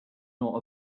nor